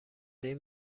این